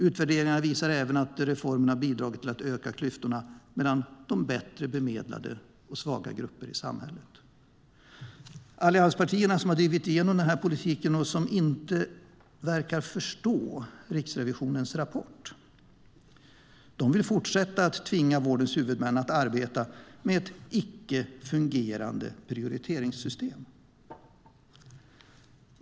Utvärderingarna visar även att reformen har bidragit till att öka klyftorna mellan de bättre bemedlade och svaga grupper i samhället. Allianspartierna, som drivit igenom den här politiken och som inte verkar förstå Riksrevisionens rapport, vill fortsätta att tvinga vårdens huvudmän att arbeta med ett icke fungerande prioriteringssystem.